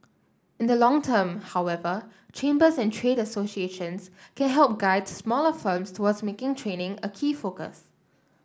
in the long term however chambers and trade associations can help guide smaller firms towards making training a key focus